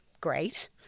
great